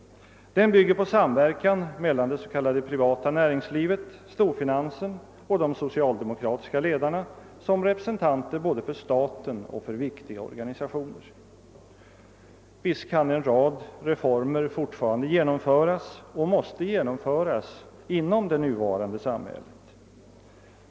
Den bygger på samverkan mellan det s.k. privata näringslivet, storfinansen och de socialdemokratiska l1edarna som representanter både för staten och för viktiga organisationer. Visst kan en rad reformer fortfarande genomföras — och måste genomföras — inom det nuvarande samhället.